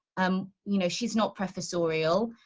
um you know she's not professorial.